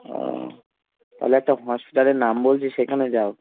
ও তাহলে একটা হসপিটালের নাম বলছি সেখানে যাও